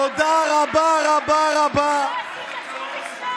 תודה רבה רבה רבה, לא עשית שום היסטוריה.